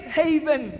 haven